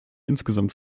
insgesamt